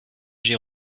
j’ai